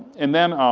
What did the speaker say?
and then